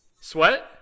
Sweat